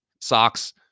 socks